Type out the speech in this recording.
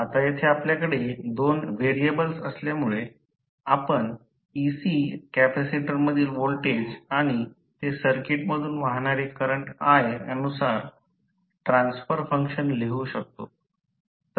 आता येथे आपल्याकडे 2 व्हेरिएबल्स असल्यामुळे आपण ec कॅपेसिटर मधील व्होल्टेज आणि ते सर्किटमधून वाहणारे करंट i अनुसार ट्रान्सफर फंक्शन लिहू शकतो